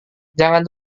jangan